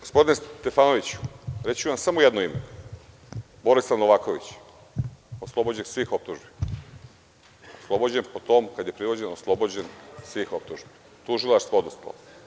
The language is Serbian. Gospodine Stefanoviću, pomenuću vam samo jedno ime, Borislav Novaković, oslobođen svih optužbi, oslobođen po tome kada je privođen, oslobođen svih optužbi, tužilaštvo odustalo.